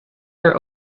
her